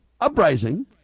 uprising